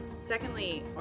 Secondly